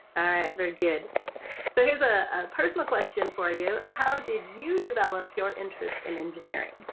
very good, so here's a personal question for you how did you develop your interest in engineering?